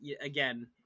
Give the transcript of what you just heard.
again